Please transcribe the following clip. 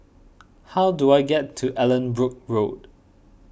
how do I get to Allanbrooke Road